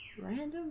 random